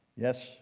Yes